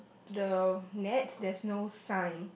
the net there's no sign